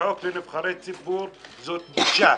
לנבחרי ציבור "תמשיכו לצעוק" זאת בושה.